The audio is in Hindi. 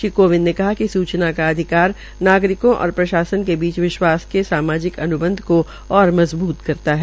श्री कोविंद ने कहा कि सूचना का अधिकार नागरिकों और प्रसासन के बीच विश्वास के सामाजिक अन्बंध को ओर मजबूत करता है